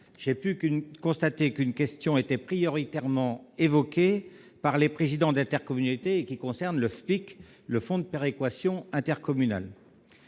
j'ai pu constater qu'une question était prioritairement évoquée par les présidents d'intercommunalité. Elle concerne le Fonds national de péréquation des ressources